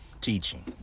teaching